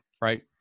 right